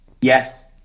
Yes